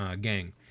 gang